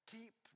Deep